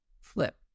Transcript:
flip